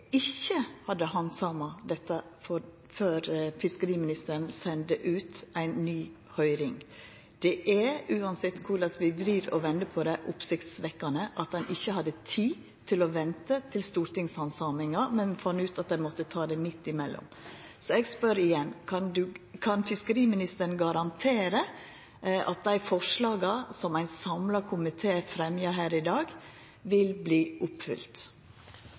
ikkje hadde handsama dette før fiskeriministeren sende det ut på høyring. Det er, uansett korleis vi vrir og vender på det, oppsiktsvekkjande at ein ikkje hadde tid til å venta på stortingshandsaminga, men fann ut at ein måtte ta det midt imellom. Så eg spør igjen: Kan fiskeriministeren garantera at dei forslaga som ein samla komité fremjar her i dag, vil